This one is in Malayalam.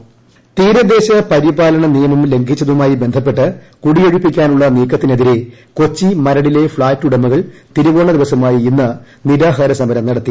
ബന്ധപ്പെട്ട് തീരദേശ പരിപാലന നിയമം ലംഘിച്ചതുമായി കുടിയൊഴിപ്പിക്കാനുള്ള നീക്കത്തിനെതിരെ കൊച്ചി മരടിലെ ഫ്ളാറ്റ് ഉടമകൾ തിരുവോണ ദിവസമായ ഇന്ന് നിരാഹാര സമരം നടത്തി